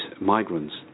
migrants